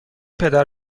پدر